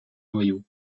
noyau